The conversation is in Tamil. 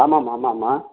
ஆமாம்மா ஆமாம்மா